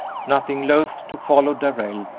nothing loath to follow darrell,